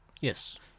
Yes